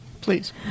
please